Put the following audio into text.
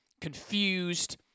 confused